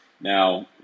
Now